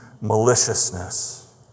maliciousness